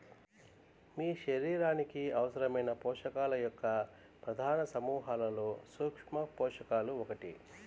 మీ శరీరానికి అవసరమైన పోషకాల యొక్క ప్రధాన సమూహాలలో సూక్ష్మపోషకాలు ఒకటి